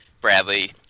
Bradley